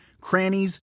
crannies